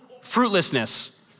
Fruitlessness